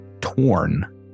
torn